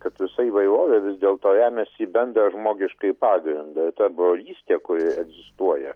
kad visa įvairovė vis dėlto remiasi į bendrą žmogiškąjį pagrindą ir ta brolystė kuri egzistuoja